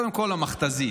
קודם כול, המכת"זית.